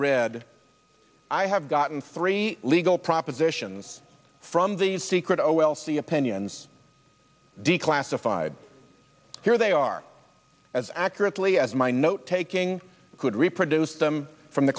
read i have gotten three legal propositions from these secret o l c opinions declassified here they are as accurately as my note taking could reproduce them from the